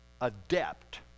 adept